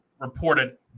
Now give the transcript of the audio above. reported